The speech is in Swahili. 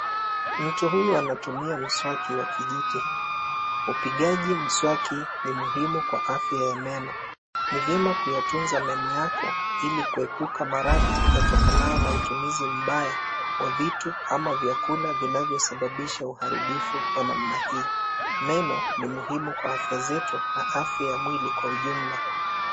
Mtu huyu anatumia mswaki wa kijiti . Upigaji mswaki ni muhimu kwa afya ya meno. Ni vyema kuyatunza meno yako ili kuepuka maradhi yatokanayo na utumizi mbaya wa vitu ama vyakula vinavyosababisha uharibifu wa namna hii. Meno ni muhimu kwa afya zetu na afya ya mwili kwa ujumla.